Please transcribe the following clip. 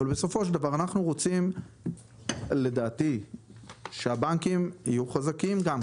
אבל בסופו של דבר אנחנו רוצים לדעתי שהבנקים יהיו חזקים גם.